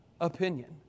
opinion